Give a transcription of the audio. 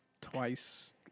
twice